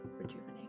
rejuvenate